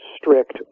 strict